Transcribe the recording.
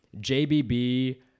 JBB